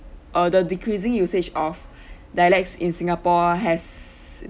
err the decreasing usage of dialects in singapore has